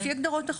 לפי הגדרות החוק.